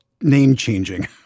name-changing